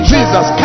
Jesus